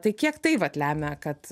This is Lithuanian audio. tai kiek tai vat lemia kad